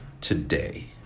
today